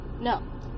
No